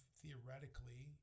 theoretically